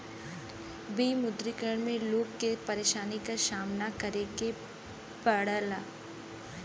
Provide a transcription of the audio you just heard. विमुद्रीकरण में लोग के परेशानी क सामना करे के पड़ल